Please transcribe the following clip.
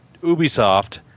Ubisoft